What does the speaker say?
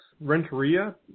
Renteria